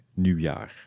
nieuwjaar